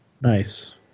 Nice